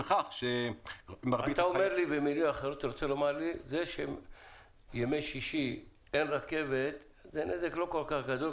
אתה אומר לי שזה שביום שישי אין רכבת זה נזק לא כל כך גדול,